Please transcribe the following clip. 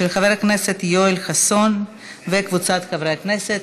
של חבר הכנסת יואל חסון וקבוצת חברי הכנסת,